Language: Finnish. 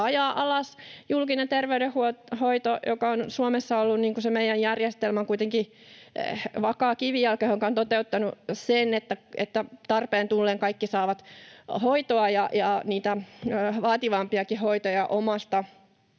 ajaa alas julkinen terveydenhoito, joka on Suomessa ollut se meidän järjestelmän kuitenkin vakaa kivijalka, joka on toteuttanut sen, että tarpeen tullen kaikki saavat hoitoa ja niitä vaativampiakin hoitoja omasta